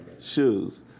Shoes